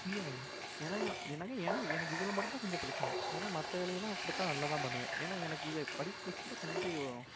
புரியாது ஏன்னால் நான் ஏன்னாக்க ஏன்னால் எனக்கு இதில் மட்டும் தான் கொஞ்சம் பிரச்சனை ஏன்னால் மற்ற வேலைகள்லாம் கொடுத்தா நல்லா தான் பண்ணுவேன் ஏன்னால் எனக்கு இது படிப்பு விஷயத்துல கொஞ்சம்